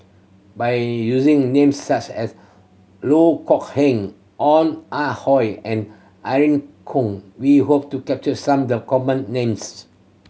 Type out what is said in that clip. by using names such as Loh Kok Heng Ong Ah Hoi and Irene Khong we hope to capture some the common names